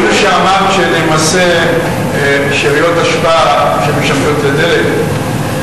שלמעשה שאריות אשפה שמשמשות לדלק,